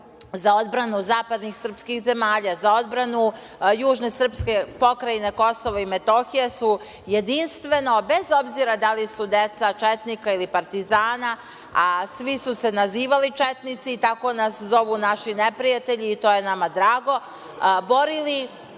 za odbranu zapadnih srpskih zemalja, za odbranu južne srpske Pokrajine Kosovo i Metohija, su jedinstveno, bez obzira da li su deca četnika ili partizana, a svi su se nazivali četnici i tako nas zovu naši neprijatelji i to je nama drago, borili